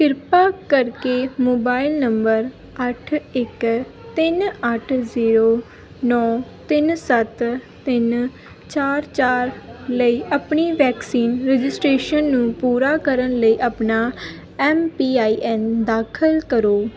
ਕਿਰਪਾ ਕਰਕੇ mobile number ਅੱਠ ਇੱਕ ਤਿੰਨ ਅੱਠ ਜ਼ੀਰੋ ਨੌਂ ਤਿੰਨ ਸੱਤ ਤਿੰਨ ਚਾਰ ਚਾਰ ਲਈ ਆਪਣੀ ਵੈਕਸੀਨ ਰਜਿਸਟ੍ਰੇਸ਼ਨ ਨੂੰ ਪੂਰਾ ਕਰਨ ਲਈ ਆਪਣਾ ਐੱਮ ਪੀ ਆਈ ਐੱਨ ਦਾਖਲ ਕਰੋ